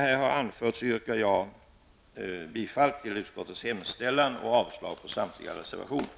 Med det anförda yrkar jag bifall till utskottets hemställan och avslag på reservationerna.